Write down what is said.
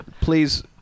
please